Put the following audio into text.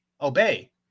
Obey